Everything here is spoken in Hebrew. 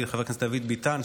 חבר הכנסת דוד ביטן,